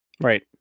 Right